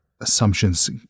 assumptions